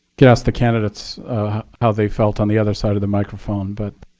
could ask the candidates how they felt on the other side of the microphone, but.